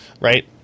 Right